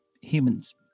humans